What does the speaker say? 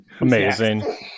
Amazing